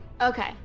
Okay